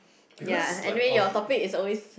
ya and anyway your topic is always